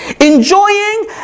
enjoying